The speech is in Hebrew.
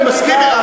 אני מסכים.